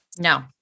No